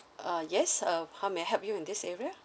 uh yes um how may I help you in this area